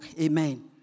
Amen